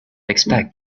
expect